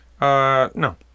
No